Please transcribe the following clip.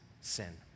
sin